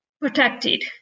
protected